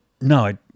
No